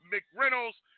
McReynolds